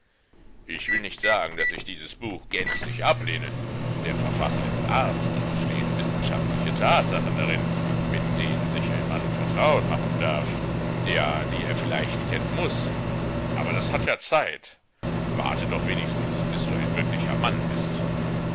ich will nicht sagen daß ich dieses buch gänzlich ablehne der verfasser ist arzt und es stehen wissenschaftliche tatsachen darin mit denen sich ein mann vertraut machen darf ja die er vielleicht kennen muß aber das hat ja zeit warte doch wenigstens bis du ein wirklicher mann bist